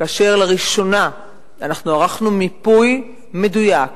כאשר לראשונה אנחנו ערכנו מיפוי מדויק